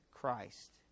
Christ